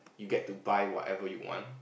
you get to buy whatever you want